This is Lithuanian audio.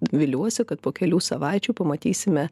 viliuosi kad po kelių savaičių pamatysime